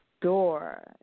door